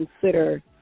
consider